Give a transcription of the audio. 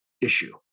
issue